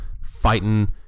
fighting